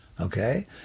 okay